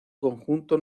conjunto